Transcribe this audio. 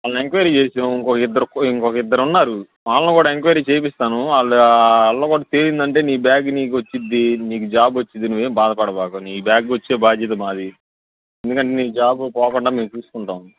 వాళ్ళని ఎంక్వయిరీ చేశాము ఒక ఇద్దరు ఇంకొక ఇద్దరు ఇంకొక ఇద్దరున్నారు వాళ్ళని కూడా ఎంక్వయిరీ చేయిస్తాను వాళ్ళు వాళ్ళను కూడా తేలిందంటే నీ బ్యాగ్ నీకొస్తుంది నీకు జాబ్ వస్తుంది నువ్వేమి బాధపడకు నీ బ్యాగ్ వచ్చే బాధ్యత మాది ఎందుకంటే నీ జాబు పోకుండా మేము చూసుకుంటాము